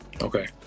okay